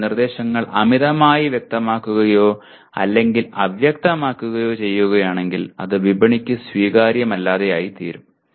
നിങ്ങൾ നിർദേശങ്ങൾ അമിതമായി വ്യക്തമാക്കുകയോ അല്ലെങ്കിൽ അവ്യക്തമാക്കുകയോ ചെയ്യുകയാണെങ്കിൽ അത് വിപണിക്ക് സ്വീകാര്യമല്ലാതായിത്തീരും